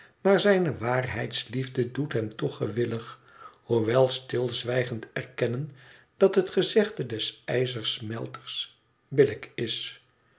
maar zijne waarheidsliefde doet hem toch gewillig hoewel stilzwijgend erkennen dat het gezegde des ijzersmelters billijk is